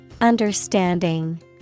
Understanding